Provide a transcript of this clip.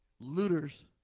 looters